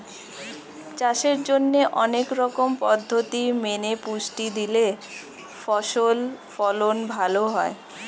চাষের জন্যে অনেক রকম পদ্ধতি মেনে পুষ্টি দিলে ফসল ফলন ভালো হয়